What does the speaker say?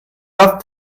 love